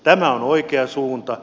tämä on oikea suunta